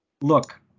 look